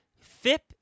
FIP